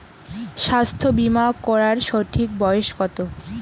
স্বাস্থ্য বীমা করার সঠিক বয়স কত?